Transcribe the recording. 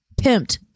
pimped